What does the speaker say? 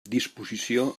disposició